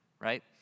right